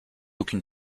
aucune